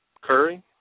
Curry